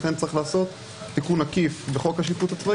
לכן צריך לעשות תיקון עקיף בחוק השיפוט הצבאי